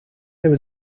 there